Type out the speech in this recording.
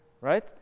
right